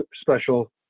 special